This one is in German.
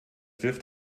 wirft